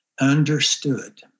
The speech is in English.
Understood